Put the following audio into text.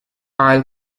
isle